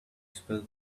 expel